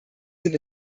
sind